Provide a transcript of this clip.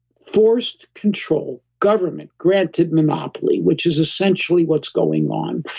forced control government-granted monopoly, which is essentially what's going on.